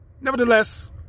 nevertheless